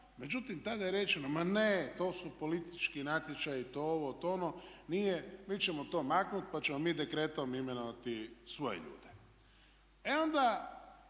međutim tada je rečeno ma ne to su politički natječaji, to ovo, to ono, nije. Mi ćemo to maknuti pa ćemo mi dekretom imenovati svoje ljude.